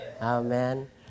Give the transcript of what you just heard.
Amen